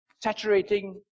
saturating